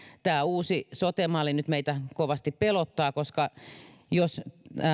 tämä uusi sote malli nyt meitä kovasti pelottaa nimittäin jos